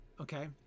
okay